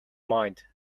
mind